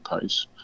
pace